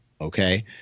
Okay